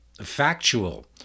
factual